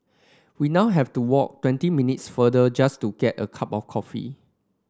we now have to walk twenty minutes farther just to get a cup of coffee